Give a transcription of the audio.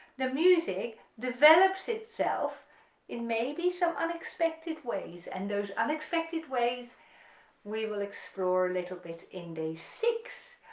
the music develops itself in maybe some unexpected ways and those unexpected ways we will explore a little bit in day six,